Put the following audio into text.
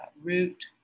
root